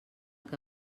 que